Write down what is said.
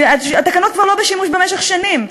התקנות כבר לא בשימוש במשך שנים,